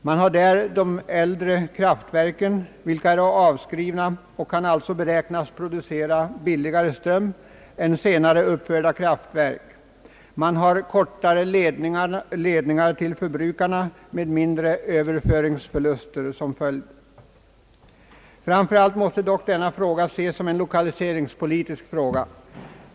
Man har där de äldre kraftverken, vilka är avskrivna och alltså kan beräknas producera billigare ström än senare uppförda kraftverk, och man har korta ledningar till förbrukarna med mindre överföringsförluster som följd. Framför allt måste dock denna fråga ses som en lokaliseringspolitisk fråga.